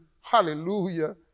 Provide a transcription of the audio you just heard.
hallelujah